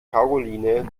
karoline